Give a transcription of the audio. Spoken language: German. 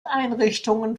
einrichtungen